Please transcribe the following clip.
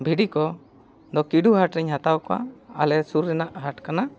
ᱵᱷᱤᱲᱤ ᱠᱚᱫᱚ ᱠᱤᱰᱩ ᱦᱟᱴ ᱨᱤᱧ ᱦᱟᱛᱟᱣ ᱠᱚᱣᱟ ᱟᱞᱮ ᱥᱩᱨ ᱨᱮᱱᱟᱜ ᱦᱟᱴ ᱠᱟᱱᱟ